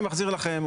אני מחזיר לכם,